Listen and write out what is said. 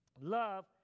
Love